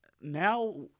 now